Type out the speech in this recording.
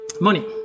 money